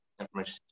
Information